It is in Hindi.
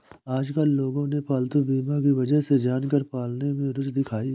आजकल लोगों ने पालतू बीमा की वजह से जानवर पालने में रूचि दिखाई है